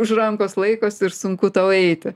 už rankos laikosi ir sunku tau eiti